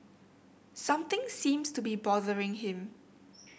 something seems to be bothering him